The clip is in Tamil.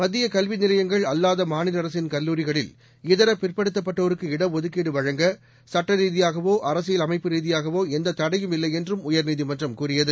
மத்திய கல்வி நிலையங்கள் அல்லாத மாநில அரசின் கல்லூரிகளில் இதர பிற்படுத்தப்பட்டோருக்கு இடஒதுக்கீடு வழங்க சட்டரீதியாகவோ அரசியல் அமைப்பு ரீதியாகவோ எந்த தடையும் இல்லை என்றும் உயர்நீதிமன்றம் கூறியது